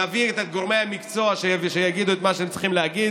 נביא את גורמי המקצוע שיגידו את מה שהם צריכים להגיד,